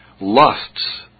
Lusts